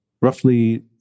roughly